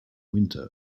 winter